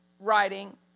Writing